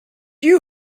you